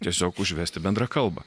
tiesiog užvesti bendrą kalbą